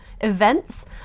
events